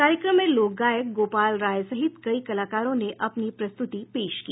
कार्यक्रम में लोक गायक गोपाल राय सहित कई कलाकारों ने अपनी प्रस्तुति पेश की